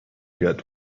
get